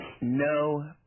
no